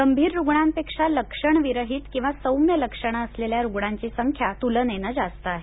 गंभीर रुग्णांपेक्षा लक्षणंविरहित किंवा सौम्य लक्षणं असलेल्या रुग्णांची संख्या तुलनेनं जास्त आहे